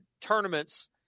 tournaments